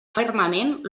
fermament